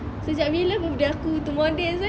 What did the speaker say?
sejak bila birthday aku two more days eh